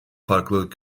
farklılık